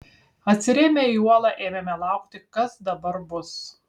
atsirėmę į uolą ėmėme laukti kas dabar bus